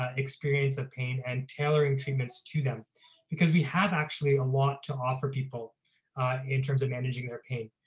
ah experience of pain and tailoring treatments to them because we have actually a lot to offer people people in terms of managing their pain,